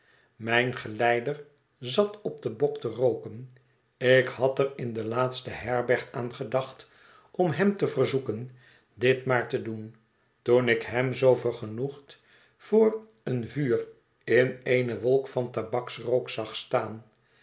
mijn geleider zat op den bok te rooken ik had er in de laatste herberg aan gedacht om hem te verzoeken dit maar te doen toen ik hem zoo vergenoegd voor een vuur in eene wolk van tabaksrook zag staan